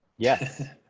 yes.